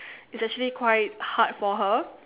is actually quite hard for her